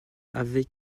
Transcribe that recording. avec